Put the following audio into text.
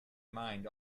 mind